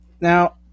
Now